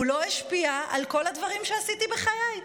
הוא לא השפיע על כל הדברים שעשיתי בחיי.